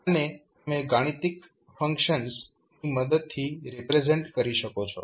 આને તમે ગાણિતિક ફંક્શન ની મદદથી રિપ્રેઝેન્ટ કરી શકો છો